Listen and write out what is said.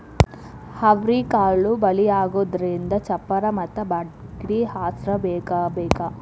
ಅವ್ರಿಕಾಳು ಬಳ್ಳಿಯಾಗುದ್ರಿಂದ ಚಪ್ಪರಾ ಮತ್ತ ಬಡ್ಗಿ ಆಸ್ರಾ ಬೇಕಬೇಕ